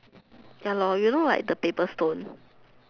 ya lor you know like the paper stone